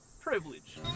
privilege